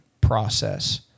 process